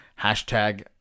hashtag